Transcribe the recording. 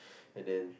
and then